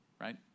right